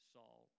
Saul